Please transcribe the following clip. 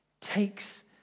takes